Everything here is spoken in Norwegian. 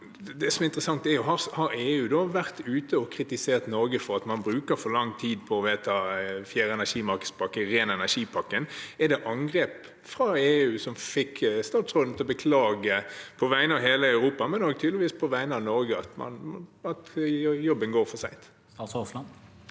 Har EU vært ute og kritisert Norge for at man bruker for lang tid på å vedta fjerde energimarkedspakke, ren energi-pakken? Er det angrep fra EU som fikk statsråden til å beklage på vegne av hele Europa, men tydeligvis også på vegne av Norge, at jobben går for sent? Statsråd